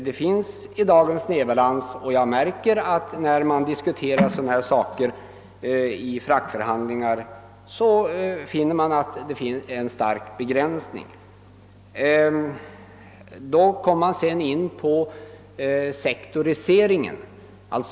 Det finns i dag en snedbalans, och när dessa saker diskuteras vid fraktförhandlingar, finner man att det föreligger en stark begränsning. Vi kommer då in på frågan om sektoriseringen.